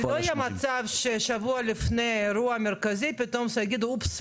לא יהיה מצב ששבוע לפני האירוע המרכזי פתאום יגידו: אופס,